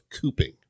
cooping